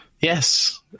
Yes